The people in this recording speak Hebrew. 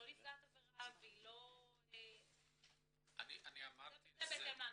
היא לא נפגעת עבירה והיא לא -- -זה בהתאם להנחיות.